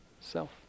self